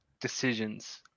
decisions